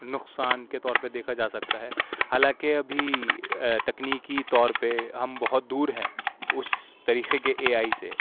نقصان کے طور پہ دیکھا جا سکتا ہے حالانکہ ابھی تکنیکی طور پہ ہم بہت دور ہیں اس طریقے کے اے آئی سے